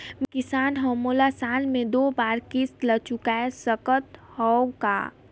मैं किसान हव मोला साल मे दो बार किस्त ल चुकाय सकत हव का?